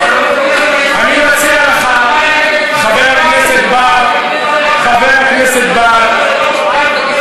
אני מציע לך, חבר הכנסת בר, זה מצדיק?